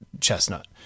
chestnut